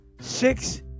six